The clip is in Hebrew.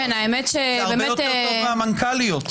זה הרבה יותר טוב מהמנכ"ליות.